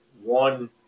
one